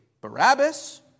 Barabbas